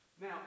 now